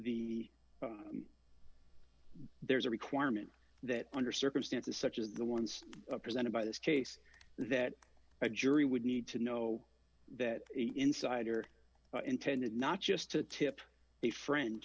be there is a requirement that under circumstances such as the ones presented by this case that a jury would need to know that insider intended not just to tip a friend